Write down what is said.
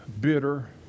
bitter